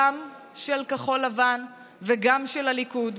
גם של כחול לבן וגם של הליכוד,